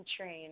train